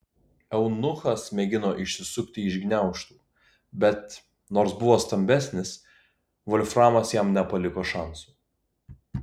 eunuchas mėgino išsisukti iš gniaužtų bet nors buvo stambesnis volframas jam nepaliko šansų